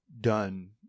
done